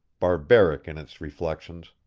barbaric in its reflections,